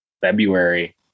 February